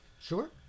Sure